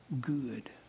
good